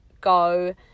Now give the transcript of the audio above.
go